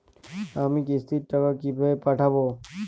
আমি কিস্তির টাকা কিভাবে পাঠাব?